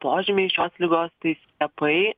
požymiai šios ligos tai skiepai